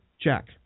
check